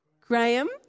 Graham